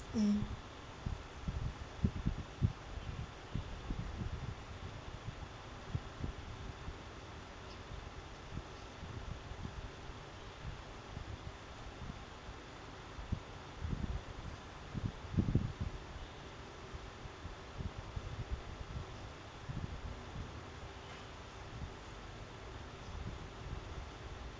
mm